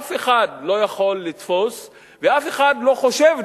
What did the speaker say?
אף אחד לא יכול לתפוס ואף אחד לא חושב,